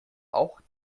auch